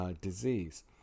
disease